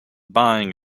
buying